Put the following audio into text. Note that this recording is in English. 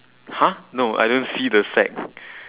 !huh! no I don't see the sack